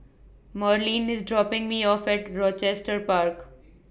Marleen IS dropping Me off At Rochester Park